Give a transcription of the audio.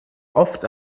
oft